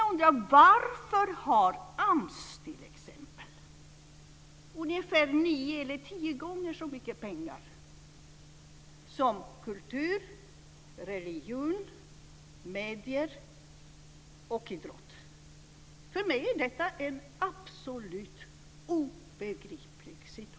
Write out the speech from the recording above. Men varför har t.ex. AMS tio gånger så mycket pengar som kultur, religion, medier och idrott? För mig är det helt obegripligt.